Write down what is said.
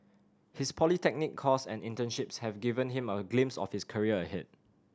his polytechnic course and internships have given him a glimpse of his career ahead